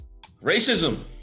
Racism